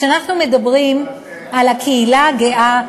כשאנחנו מדברים על הקהילה הגאה,